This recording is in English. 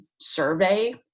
survey